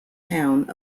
town